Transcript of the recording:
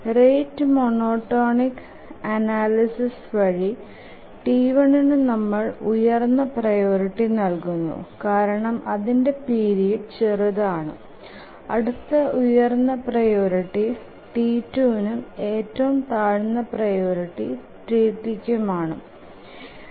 rate monotonic analysis വഴി T1ന്നു നമ്മൾ ഉയർന്ന പ്രിയോറിറ്റി നൽകുന്നു കാരണം അതിന്ടെ പീരീഡ് ചെറുത് ആണ് അടുത്ത ഉയർന്ന പ്രിയോറിറ്റി T2നും ഏറ്റവും താഴ്ന്ന പ്രിയോറിറ്റി T3കു ആണ്